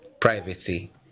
Privacy